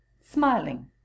Smiling